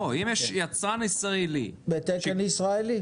לא, אם יש יצרן ישראלי --- בתקן ישראלי.